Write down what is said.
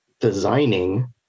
designing